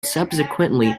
subsequently